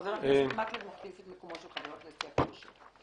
חבר הכנסת מקלב מחליף את מקומו של חבר הכנסת יעקב אשר.